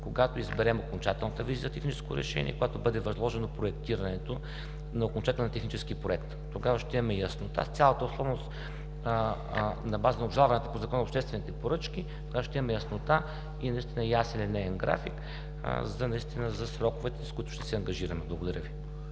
Когато изберем окончателната визия за техническо решение, когато бъде възложено проектирането на окончателния технически проект, тогава ще имаме яснота, с цялата условност на база на обжалването по Закона за обществените поръчки, тогава ще имаме яснота и ясен линеен график за сроковете, с които ще се ангажираме. Благодаря Ви.